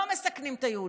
לא מסכנים את היהודית.